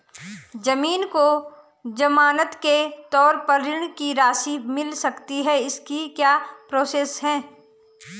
ज़मीन को ज़मानत के तौर पर ऋण की राशि मिल सकती है इसकी क्या प्रोसेस है?